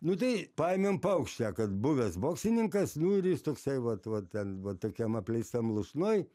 nu tai paėmėm paukštę kad buvęs boksininkas nu ir jis toksai vat vat ten va tokiam apleistam lūšnoj